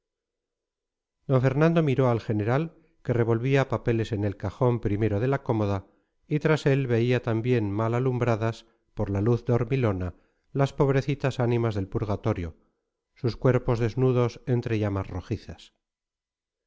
fernando miró al general que revolvía papeles en el cajón primero de la cómoda y tras él veía también mal alumbradas por la luz dormilona las pobrecitas ánimas del purgatorio sus cuerpos desnudos entre llamas rojizas